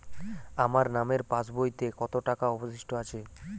আমার নামের পাসবইতে কত টাকা অবশিষ্ট আছে?